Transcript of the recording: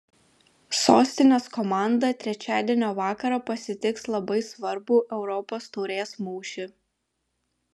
sostinės komanda trečiadienio vakarą pasitiks labai svarbų europos taurės mūšį